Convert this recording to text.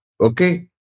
Okay